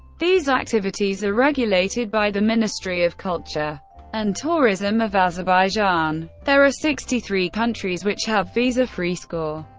these activities are regulated by the ministry of culture and tourism of azerbaijan. there are sixty three countries which have visa-free score.